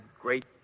great